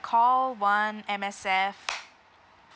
call one M_S_F